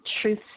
truth